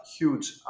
huge